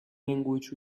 language